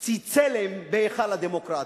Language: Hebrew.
היא צלם בהיכל הדמוקרטיה.